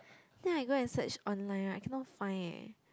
then I go and search online I cannot find eh